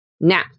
Now